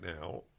now